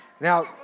Now